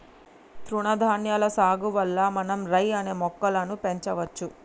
తృణధాన్యాల సాగు వల్ల మనం రై అనే మొక్కలను పెంచవచ్చు